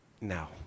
now